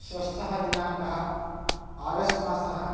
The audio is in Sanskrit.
षष्ठः दिनाङ्कः आगस्ट् मासः